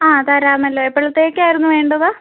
ആ തരാമല്ലോ എപ്പോഴത്തേക്കായിരുന്നു വേണ്ടത്